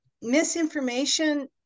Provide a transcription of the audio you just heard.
misinformation